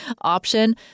option